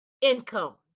income